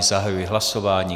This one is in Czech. Zahajuji hlasování.